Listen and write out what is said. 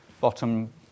bottom